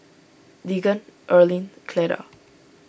Deacon Earlean Cleda